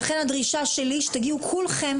ולכן הדרישה שלי היא שתגיעו כולכם,